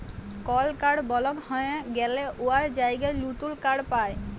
call কাড় বলক হঁয়ে গ্যালে উয়ার জায়গায় লতুল কাড় পায়